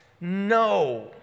No